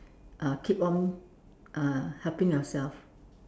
uh keep on uh helping yourself